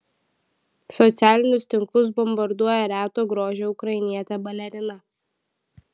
socialinius tinklus bombarduoja reto grožio ukrainietė balerina